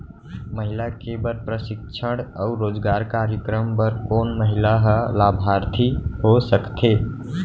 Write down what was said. महिला के बर प्रशिक्षण अऊ रोजगार कार्यक्रम बर कोन महिला ह लाभार्थी हो सकथे?